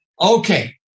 Okay